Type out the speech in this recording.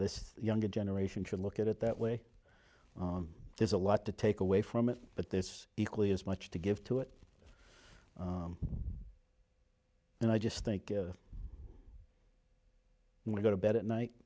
this younger generation should look at it that way there's a lot to take away from it but this equally as much to give to it and i just think if we go to bed at night